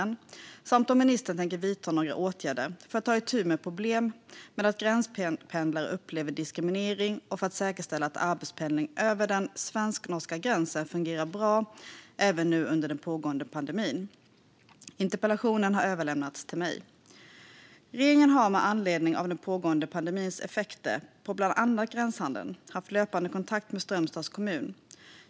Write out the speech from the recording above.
Vidare har Johan Hultberg frågat om ministern tänker vidta några åtgärder för att ta itu med problemet med att gränspendlare upplever diskriminering och för att säkerställa att arbetspendlingen över den svensk-norska gränsen fungerar bra även nu under pågående pandemi. Interpellationen har överlämnats till mig. Regeringen har med anledning av den pågående pandemins effekter på bland annat gränshandeln haft löpande kontakt med Strömstads kommun.